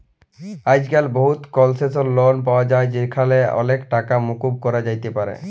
আইজক্যাল বহুত কলসেসলাল লন পাওয়া যায় যেখালে অলেক টাকা মুকুব ক্যরা যাতে পারে